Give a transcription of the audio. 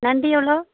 நண்டு எவ்வளோ